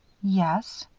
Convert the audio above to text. yes.